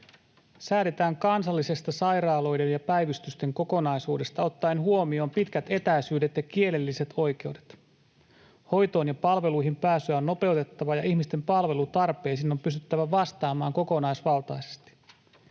”Säädetään kansallisesta sairaaloiden ja päivystysten kokonaisuudesta ottaen huomioon pitkät etäisyydet ja kielelliset oikeudet.” ”Hoitoon ja palveluihin pääsyä on nopeutettava ja ihmisten palvelutarpeisiin on pystyttävä vastaamaan kokonaisvaltaisesti.”